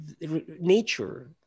nature